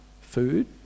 food